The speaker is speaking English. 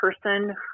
person